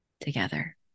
together